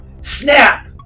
Snap